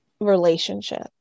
relationship